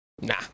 Nah